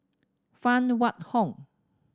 Phan Wait Hong